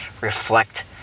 reflect